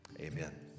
amen